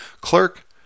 Clerk